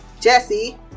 Jesse